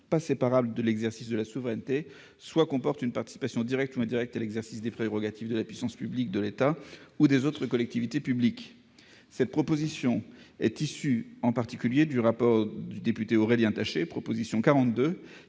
pas séparables de l'exercice de la souveraineté, soit comportent une participation directe ou indirecte à l'exercice de prérogatives de puissance publique de l'État ou des autres collectivités publiques. Cette proposition est issue, en particulier, du rapport du député Aurélien Taché, qui préconise